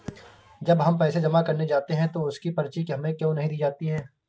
जब हम पैसे जमा करने जाते हैं तो उसकी पर्ची हमें क्यो नहीं दी जाती है?